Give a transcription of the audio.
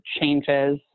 changes